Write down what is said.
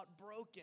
broken